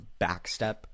backstep